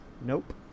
Nope